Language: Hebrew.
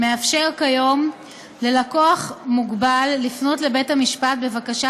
מאפשר כיום ללקוח מוגבל לפנות לבית-המשפט בבקשה